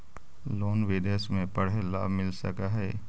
Loan विदेश में पढ़ेला मिल सक हइ?